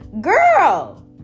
Girl